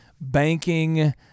banking